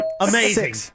Amazing